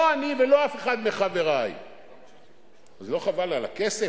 לא אני ולא אף אחד מחברי, אז, לא חבל על הכסף?